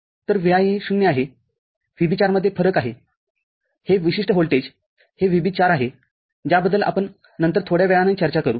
तर Vi हे ० आहे VB४मध्ये फरक आहेहे विशिष्ट व्होल्टेज हे VB४आहे ज्याबद्दल आपण नंतर थोड्या वेळाने चर्चा करू